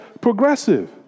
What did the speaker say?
progressive